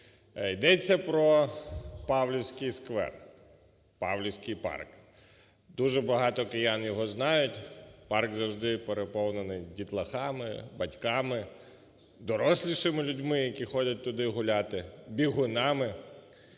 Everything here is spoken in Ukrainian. Йдеться про Павлівський сквер, Павлівський парк. Дуже багато киян його знають. Парк завжди переповнений дітлахами, батьками, дорослішим людьми, які ходять туди гуляти, бігунами.